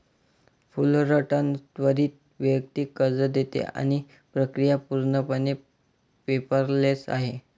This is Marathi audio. फुलरटन त्वरित वैयक्तिक कर्ज देते आणि प्रक्रिया पूर्णपणे पेपरलेस आहे